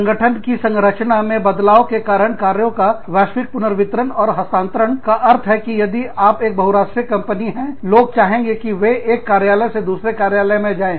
संगठन की संरचना ढाँचा में बदलाव के कारण कार्यों का वैश्विक पुनर्वितरण एवं हस्तांतरण का अर्थ है कि यदि आप एक बहुराष्ट्रीय कंपनी है लोग चाहेंगे कि वे एक कार्यालय से दूसरे कार्यालय में जाएं